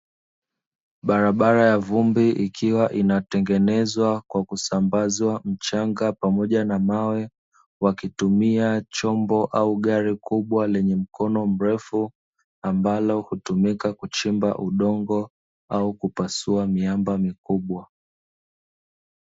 Barabara ya vumbi ikiwa inatengenezwa kwa kusambazwa mchanga pamoja na mawe, wakitumia chombo au gari kubwa lenye mkono mrefu ambalo hutumika kuchimba udongo au kupasua miamba mikubwa.